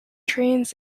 trains